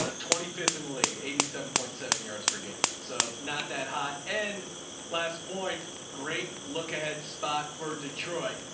ah twenty fifth in the league, eighty seven point seven yards per game. so not that hot and last point. great. look ahead. spot for detroit.